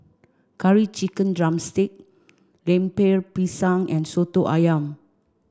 curry chicken drumstick Lemper Pisang and Soto Ayam